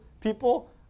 people